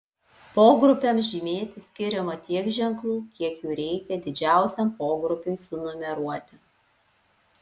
pogrupiams žymėti skiriama tiek ženklų kiek jų reikia didžiausiam pogrupiui sunumeruoti